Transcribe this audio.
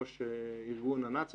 ראש ארגון נכי צה"ל,